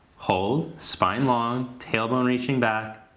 hold, spine long, tailbone reaching back.